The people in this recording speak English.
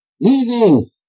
leaving